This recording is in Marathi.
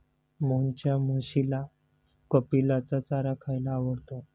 मोहनच्या म्हशीला कपिलाचा चारा खायला आवडतो